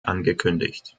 angekündigt